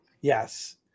yes